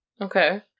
Okay